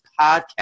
podcast